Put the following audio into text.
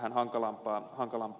vähän hankalampaa hoitaa